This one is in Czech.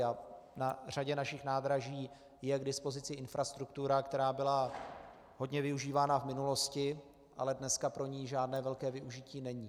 A na řadě našich nádraží je k dispozici infrastruktura, která byla hodně využívána v minulosti, ale dneska pro ni žádné velké využití není.